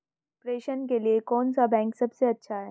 प्रेषण के लिए कौन सा बैंक सबसे अच्छा है?